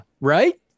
Right